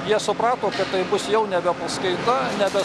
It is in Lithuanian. jie suprato kad tai bus jau nebe paskaita nebe